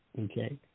Okay